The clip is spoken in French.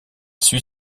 suit